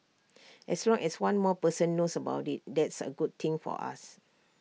as long as one more person knows about IT that's A good thing for us